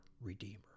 Redeemer